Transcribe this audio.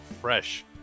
fresh